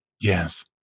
Yes